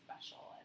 special